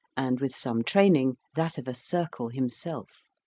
and, with some training, that of a circle himself.